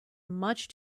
much